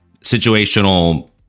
situational